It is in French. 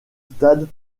stade